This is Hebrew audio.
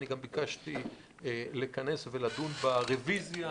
גם ביקשתי לכנס אותה ולדון ברביזיה,